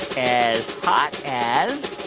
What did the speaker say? as hot as.